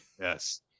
yes